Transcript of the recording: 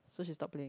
so she stop playing